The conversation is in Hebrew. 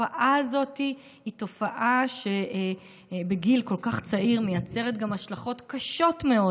התופעה הזאת היא תופעה שבגיל כל כך צעיר מייצרת גם השלכות קשות מאוד.